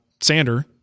sander